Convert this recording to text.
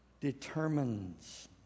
determines